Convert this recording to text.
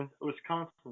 Wisconsin